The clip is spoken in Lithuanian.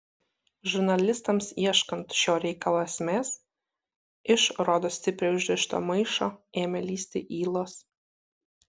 žurnalistams ieškant šio reikalo esmės iš rodos stipriai užrišto maišo ėmė lįsti ylos